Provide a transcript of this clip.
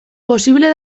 posible